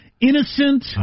innocent